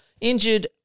Injured